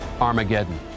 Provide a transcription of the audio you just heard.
Armageddon